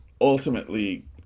ultimately